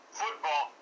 football